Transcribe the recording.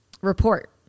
report